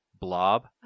blob